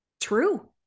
true